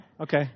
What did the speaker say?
Okay